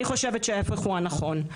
אני חושבת שההיפך הוא הנכון,